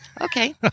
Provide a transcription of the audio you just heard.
okay